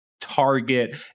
target